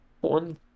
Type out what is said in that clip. one